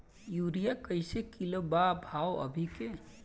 Urea कइसे kilo बा भाव अभी के?